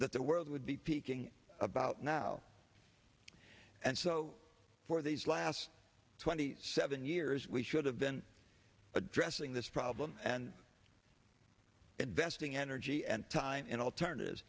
that the world would be peaking about now and so for these last twenty seven years we should have been addressing this problem and investing energy and time and alternatives